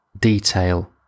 detail